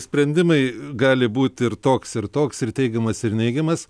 sprendimai gali būti ir toks ir toks ir teigiamas ir neigiamas